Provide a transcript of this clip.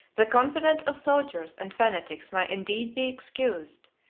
the confidence of soldiers and fanatics may indeed be excused,